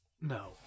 No